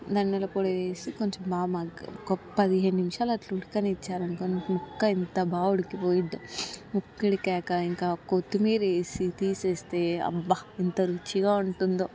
ధనియాల పొడి వేసి కొంచెం బాగా మగ్గ ఒక్క పదిహేను నిమిషాలు అట్లా ఉడకనిచ్చారనుకోండి ముక్క ఎంత బాగా ఉడికిపోయిదో ముక్కుడికాక ఇంకా కొత్తిమీర వేసి తీసేస్తే అబ్బా ఎంత రుచిగా ఉంటుందో